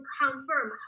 confirm